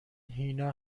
هینا